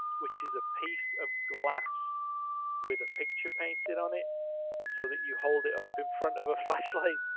which is a piece of glass with a picture painted on it so that you hold it up in front of a flashlight.